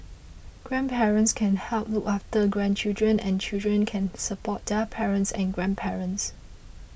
grandparents can help look after grandchildren and children can support their parents and grandparents